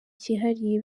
cyihariye